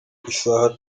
isaha